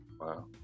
Wow